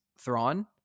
Thrawn